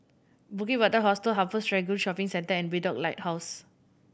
Bukit Batok Hostel Upper Serangoon Shopping Centre and Bedok Lighthouse